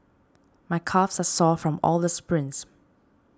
my calves are sore from all the sprints